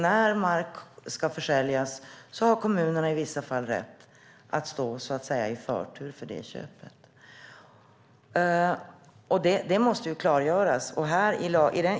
När mark ska försäljas har kommunerna i vissa fall rätt till förtur för köpet. Det måste klargöras.